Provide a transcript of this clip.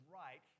right